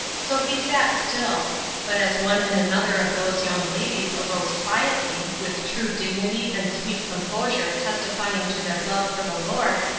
so he sat still but as one and another of those young ladies arose quietly, with true dignity and sweet composure testifying to their love for the lord,